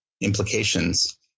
implications